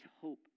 hope